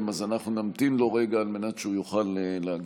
אז אנחנו נמתין לו רגע על מנת שהוא יוכל להגיע.